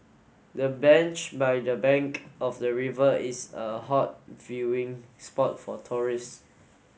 the bench by the bank of the river is a hot viewing spot for tourist